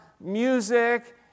music